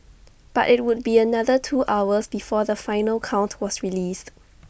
but IT would be another two hours before the final count was released